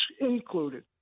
included